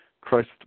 Christ